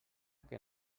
que